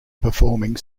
performing